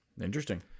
interesting